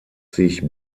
sich